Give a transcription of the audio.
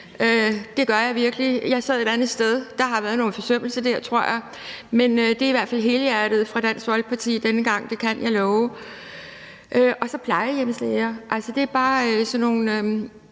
Det gør jeg virkelig. Jeg sad et andet sted, og der har været nogle forsømmelser der, tror jeg. Men det er i hvert fald helhjertet fra Dansk Folkepartis side denne gang. Det kan jeg love, og så vil jeg også nævne plejehjemslæger. Det er bare sådan nogle,